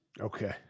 Okay